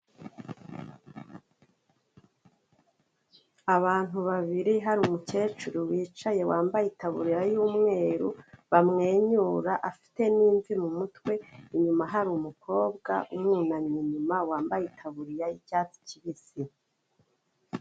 Abantu babiri hari umukecuru wicaye wambayetaburiya y'umweru bamwenyura afite n'imvi mu mutwe, inyuma hari umukobwa yunamye inyuma wambaye itaburiya y'icyatsi kibisi.